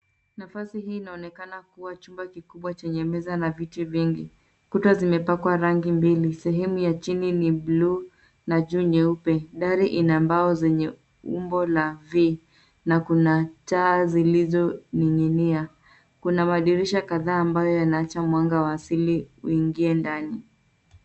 Nafasi hii inaonekana kuwa chumba kikubwa chenye meza na viti vingi. Kuta zimepakwa rangi mbili sehemu ya chini ni bluu na juu nyeupe. Dari zina mbao zenye umbo la V na kuna taa zilizoning'inia. Kuna madirisha kadhaa ambayo yanaacha mwanga wa asili uingie ndani.